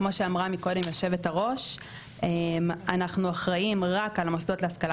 כמו שאמרה קודם יושבת-הראש אנחנו אחראים רק על המוסדות להשכלה